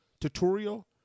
Tutorial